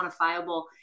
quantifiable